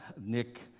Nick